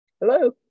Hello